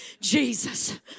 Jesus